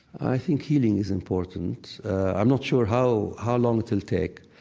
i think healing is important. i'm not sure how how long it will take.